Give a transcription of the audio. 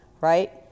right